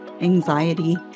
Anxiety